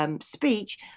speech